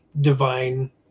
divine